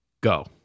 Go